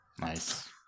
Nice